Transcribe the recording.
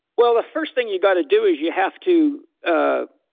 well, the first thing you got to do is you have to ah